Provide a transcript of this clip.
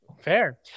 Fair